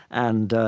and, ah,